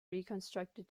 reconstructed